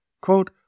Quote